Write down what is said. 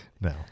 No